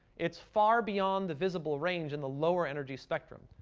it's far beyond the visible range in the lower energy spectrum.